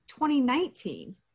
2019